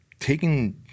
taking